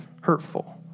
hurtful